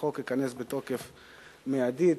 החוק ייכנס לתוקף מיידית,